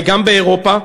גם מאירופה,